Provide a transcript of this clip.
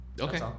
Okay